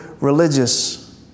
religious